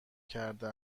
کرده